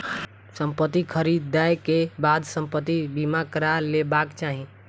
संपत्ति ख़रीदै के बाद संपत्ति बीमा करा लेबाक चाही